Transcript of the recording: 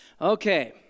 Okay